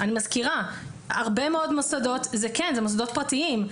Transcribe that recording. אני מזכירה שהרבה מאוד מוסדות אלה מוסדות פרטיים,